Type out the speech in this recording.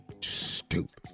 stupid